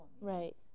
Right